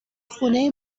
خونه